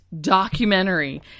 documentary